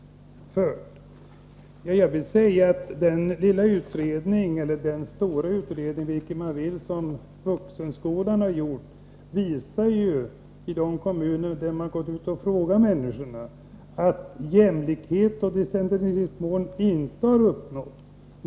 Jag vill säga att den lilla utredning — eller den stora utredning, vilket man vill — som Vuxenskolan har gjort, visar för de kommuner där man har gått ut och frågat människorna, att jämlikhet och decentraliseringsmål inte har uppnåtts.